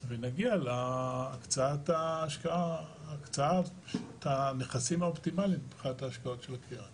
ונגיע להקצאת ההשקעה של הנכסים האופטימליים מבחינת ההשקעות של הקרן.